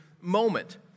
moment